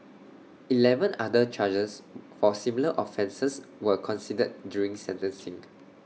Eleven other charges for similar offences were considered during sentencing